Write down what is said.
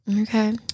Okay